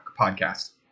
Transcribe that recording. podcast